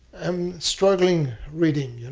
um struggling reading. you know